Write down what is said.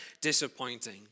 disappointing